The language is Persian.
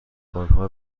آنها